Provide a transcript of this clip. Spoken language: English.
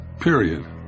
Period